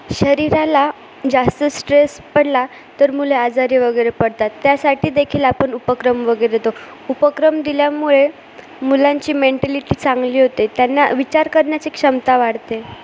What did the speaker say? शरीराला जास्त स्ट्रेस पडला तर मुले आजारी वगैरे पडतात त्यासाठी देखील आपण उपक्रम वगैरे देतो उपक्रम दिल्यामुळे मुलांची मेंटेलिटी चांगली होते त्यांना विचार करण्याची क्षमता वाढते